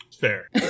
Fair